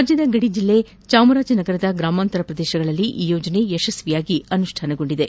ರಾಜ್ಯದ ಗಡಿ ಜಿಲ್ಲೆ ಚಾಮರಾಜನಗರದ ಗ್ರಾಮಾಂತರ ಪ್ರದೇಶಗಳಲ್ಲಿ ಈ ಯೋಜನೆ ಯಶಸ್ವಿಯಾಗಿ ಅನುಷ್ಠಾನಗೊಂಡಿದೆ